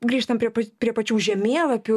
grįžtam prie prie pačių žemėlapių